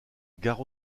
gare